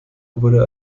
wurde